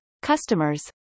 Customers